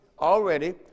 already